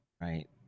right